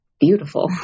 beautiful